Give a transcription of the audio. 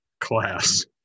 class